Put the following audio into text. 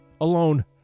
alone